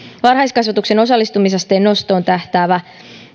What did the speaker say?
varhaiskasvatuksen osallistumisasteen nostoon tähtäävä